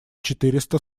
четыреста